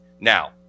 Now